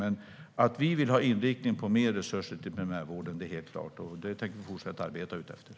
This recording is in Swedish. Men att vi vill ha inriktning på mer resurser till primärvården är helt klart, och det tänker vi fortsätta arbeta utifrån.